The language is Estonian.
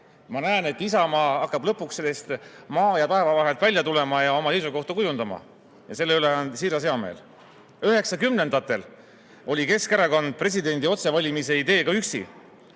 Ma näen, et Isamaa hakkab lõpuks maa ja taeva vahelt välja tulema ja oma seisukohta kujundama, ja selle üle on siiras heameel. Üheksakümnendatel oli Keskerakond presidendi otsevalimise ideega üksi.